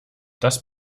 das